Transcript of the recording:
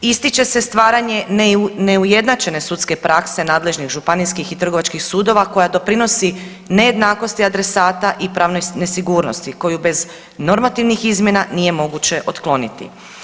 Ističe se stvaranje neujednačene sudske prakse nadležnih županijskih i trgovačkih sudova koja doprinosi nejednakosti adresata i pravnoj nesigurnosti koji bez normativnih izmjena nije moguće otkloniti.